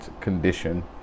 condition